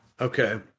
Okay